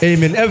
Amen